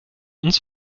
uns